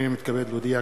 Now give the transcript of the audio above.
הנני מתכבד להודיע,